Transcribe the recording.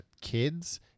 kids